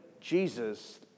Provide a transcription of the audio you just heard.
Jesus